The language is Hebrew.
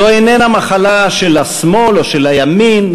זו איננה מחלה של השמאל או של הימין,